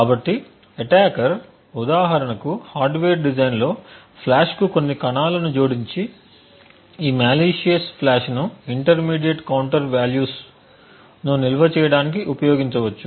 కాబట్టి అటాకర్ ఉదాహరణకు హార్డ్వేర్ డిజైన్లో ఫ్లాష్కు కొన్ని కణాలను జోడించి ఈ మాలీసియస్ ఫ్లాష్ ను ఇంటర్మీడియట్ కౌంటర్ వాల్యూస్ను నిల్వ చేయడానికి ఉపయోగించవచ్చు